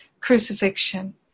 crucifixion